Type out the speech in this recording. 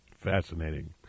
Fascinating